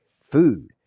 food